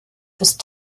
ist